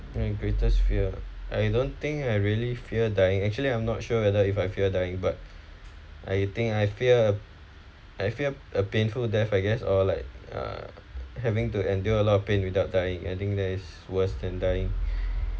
my greatest fear I don't think I really fear dying actually I'm not sure whether if I fear dying but I think I fear I fear uh painful death I guess or like uh having to endure a lot of pain without dying I think that is worse than dying